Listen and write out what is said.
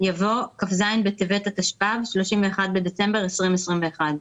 יבוא "כ"ז בטבת התשפ"ב (31 בדצמבר 2021)";"